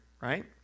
right